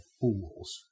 fools